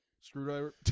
Screwdriver